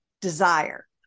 desire